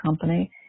company